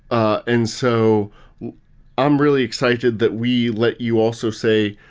ah and so i'm really excited that we let you also say,